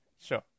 Sure